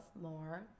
more